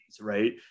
right